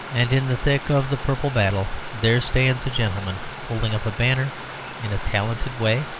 and in the thick of the purple battle there stands a gentleman holding up a banner in a talented way.